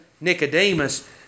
Nicodemus